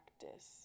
practice